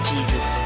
Jesus